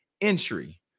entry